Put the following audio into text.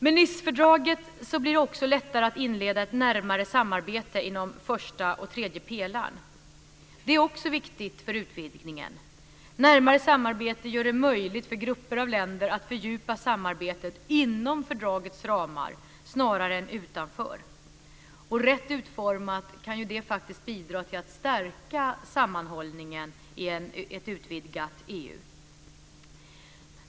Med Nicefördraget blir det också lättare att inleda ett närmare samarbete inom första och tredje pelaren. Det är också viktigt för utvidgningen. Närmare samarbete gör det möjligt för grupper av länder att fördjupa samarbetet inom fördragets ramar snarare än utanför. Rätt utformat kan det bidra till att stärka sammanhållningen i ett utvidgat EU.